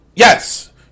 Yes